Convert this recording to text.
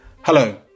Hello